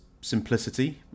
simplicity